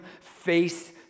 face